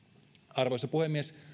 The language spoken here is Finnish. arvoisa puhemies